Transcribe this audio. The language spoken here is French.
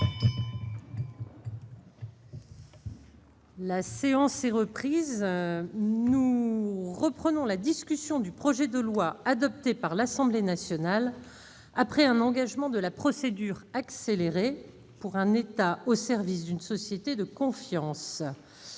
La séance est reprise, nous reprenons la discussion du projet de loi adopté par l'Assemblée nationale après un engagement de la procédure accélérée pour un État au service d'une société de confiance